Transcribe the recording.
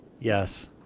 Yes